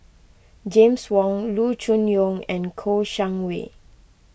James Wong Loo Choon Yong and Kouo Shang Wei